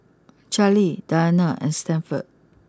Charley Dianna and Stanford